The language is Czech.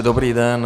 Dobrý den.